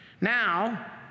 Now